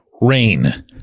rain